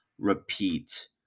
repeat